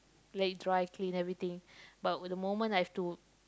let it dry clean everything but the moment I have to